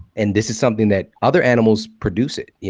and this is something that other animals produce it. yeah